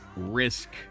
Risk